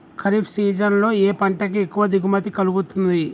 Kharif season లో ఏ పంట కి ఎక్కువ దిగుమతి కలుగుతుంది?